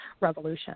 revolution